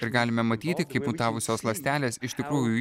ir galime matyti kaip mutavusios ląstelės iš tikrųjų juda